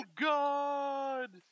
God